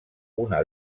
una